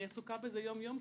אני עסוקה בזה יום-יום.